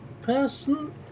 person